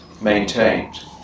maintained